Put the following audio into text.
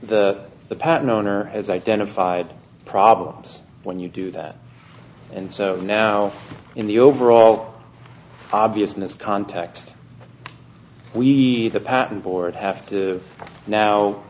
the the patent owner has identified problems when you do that and so now in the overall obviousness context we the patent board have to now